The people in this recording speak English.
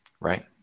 Right